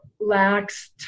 lacks